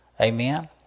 Amen